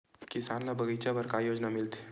किसान ल बगीचा बर का योजना मिलथे?